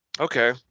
Okay